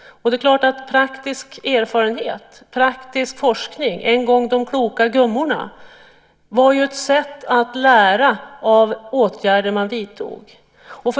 Praktisk erfarenhet, praktisk forskning - en gång i tiden de kloka gummorna - är ett sätt att lära sig genom de åtgärder man vidtar.